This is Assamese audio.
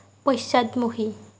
পশ্চাদমুখী